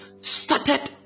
started